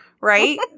Right